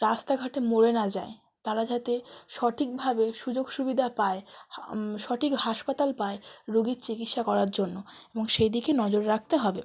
রাস্তাঘাটে মরে না যায় তারা যাতে সঠিকভাবে সুযোগ সুবিধা পায় সঠিক হাসপাতাল পায় রোগীর চিকিৎসা করার জন্য এবং সেই দিকে নজর রাখতে হবে